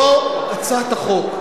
זו לא הצעת החוק.